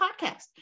podcast